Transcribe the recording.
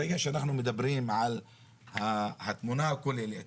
ברגע שאנחנו מדברים על התמונה הכוללת